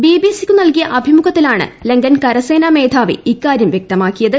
ബിബിസിക്കു നൽകിയ അഭിമുഖത്തിലാണ് ലങ്കൻ കരസേനാ മേധാവി ഇക്കാര്യം വ്യക്തമാക്കിയത്